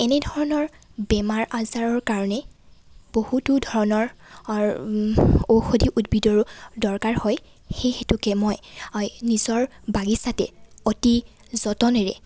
এনে ধৰণৰ বেমাৰ আজাৰৰ কাৰণে বহুতো ধৰণৰ ঔষধি উদ্ভিদৰো দৰকাৰ হয় সেই হেতুকে মই অই নিজৰ বাগিচাতে অতি যতনেৰে